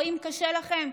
אם קשה לכם,